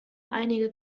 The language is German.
einige